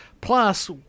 plus